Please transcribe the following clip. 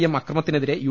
M അക്ര മത്തിനെതിരെ U